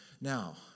Now